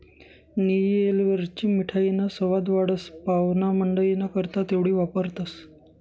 नियी येलचीवरी मिठाईना सवाद वाढस, पाव्हणामंडईना करता तेवढी वापरतंस